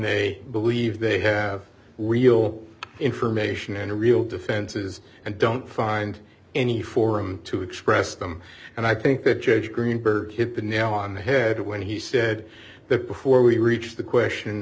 they believe they have real information and real defenses and don't find any forum to express them and i think that judge greenberg hit the nail on the head when he said that before we reached the question